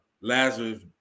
Lazarus